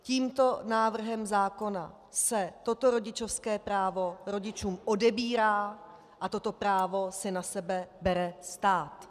Tímto návrhem zákona se toto rodičovské právo rodičům odebírá a toto právo si na sebe bere stát.